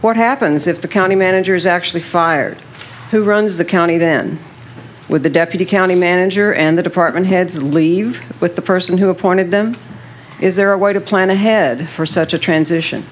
what happens if the county manager is actually fired who runs the county then with the deputy county manager and the department heads leave with the person who appointed them is there a way to plan ahead for such a transition